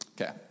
Okay